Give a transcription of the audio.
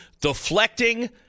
deflecting